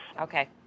Okay